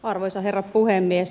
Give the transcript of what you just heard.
arvoisa herra puhemies